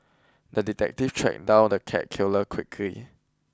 the detective tracked down the cat killer quickly